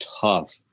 tough